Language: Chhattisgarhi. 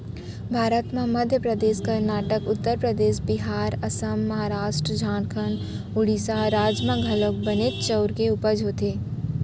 भारत म मध्य परदेस, करनाटक, उत्तर परदेस, बिहार, असम, महारास्ट, झारखंड, ओड़ीसा राज म घलौक बनेच चाँउर के उपज होथे